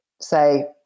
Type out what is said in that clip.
say